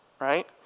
right